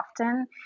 often